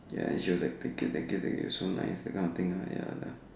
ya she was like thank you thank you thank you so nice that kind of thing right ya ya